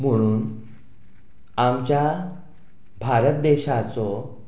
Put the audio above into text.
म्हणून आमच्या भारत देशाचो